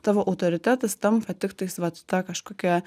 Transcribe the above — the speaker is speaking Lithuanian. tavo autoritetas tampa tiktais vat ta kažkokia